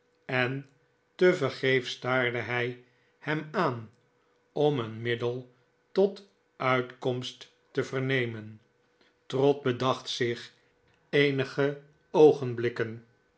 en tevergeefs staarde hij hem aan om een middel tot uitkomst te vernemen trott bedacht zich eenige oogenblikken